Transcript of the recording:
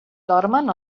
dormen